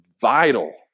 vital